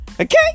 okay